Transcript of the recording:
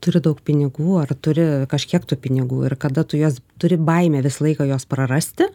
turi daug pinigų ar turi kažkiek tų pinigų ir kada tu juos turi baimę visą laiką juos prarasti